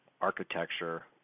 architecture